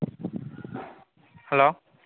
hello